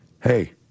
Hey